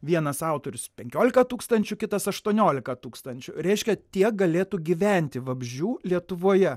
vienas autorius penkiolika tūkstančių kitas aštuoniolika tūkstančių reiškia tiek galėtų gyventi vabzdžių lietuvoje